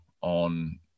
on